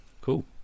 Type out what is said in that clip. Cool